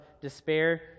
despair